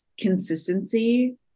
consistency